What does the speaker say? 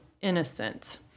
innocent